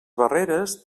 barreres